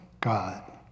God